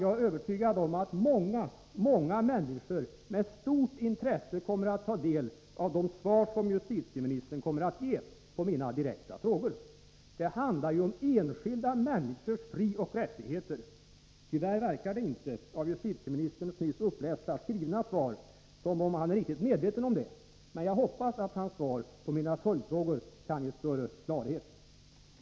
Jag är övertygad om att många, många människor med stort intresse kommer att ta del av de svar som justitieministern kommer att ge på mina direkta frågor. Det handlar ju om enskilda människors frioch rättigheter. Tyvärr verkar det inte av justitieministerns nyss upplästa skrivna svar som om han är riktigt medveten om det. Men jag hoppas att hans svar på mina följdfrågor kan ge större klarhet.